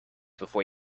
before